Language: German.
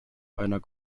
einer